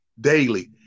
daily